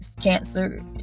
cancer